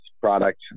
product